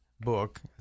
book